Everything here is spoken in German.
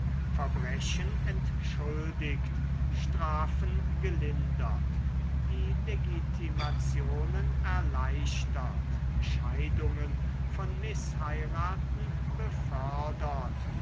verbrechen entschuldigt strafen gelindert die legitimationen erleichtert scheidungen von mißheiraten